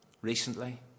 recently